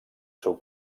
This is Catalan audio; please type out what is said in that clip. seu